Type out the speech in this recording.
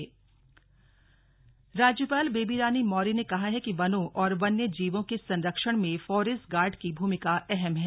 राज्यपाल राज्यपाल बेबी रानी मौर्य ने कहा है कि वनों और वन्य जीवों के सरक्षण में फॉरेस्ट गार्ड की भूमिका अहम है